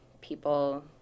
people